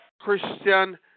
Christian